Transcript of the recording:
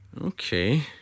Okay